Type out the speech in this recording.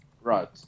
right